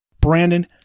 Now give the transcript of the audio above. Brandon